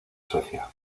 suecia